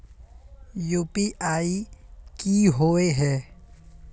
UPI की होय है?